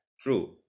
True